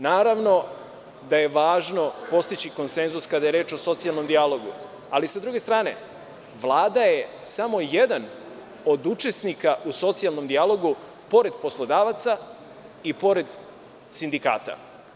Naravno da je važno postići konsenzus kada je reč o socijalnom dijalogu, ali, s druge strane, Vlada je samo jedan od učesnika u socijalnom dijalogu, pored poslodavaca i pored sindikata.